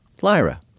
Lyra